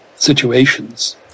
Situations